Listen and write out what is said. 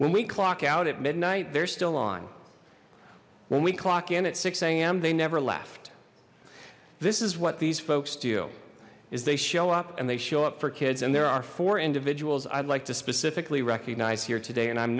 we clock out at midnight they're still on when we clock in at six a m they never left this is what these folks do is they show up and they show up for kids and there are four individuals i'd like to specifically recognize here today and i'm